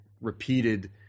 repeated